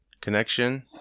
connection